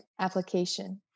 Application